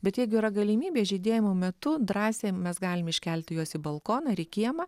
bet jeigu yra galimybė žydėjimo metu drąsiai mes galim iškelti juos į balkoną ar į kiemą